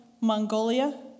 Mongolia